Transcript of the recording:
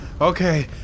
Okay